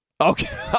Okay